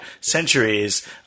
centuries